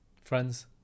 Friends